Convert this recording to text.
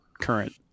current